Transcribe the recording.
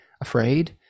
afraid